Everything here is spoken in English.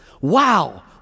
Wow